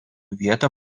vietą